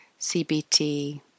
CBT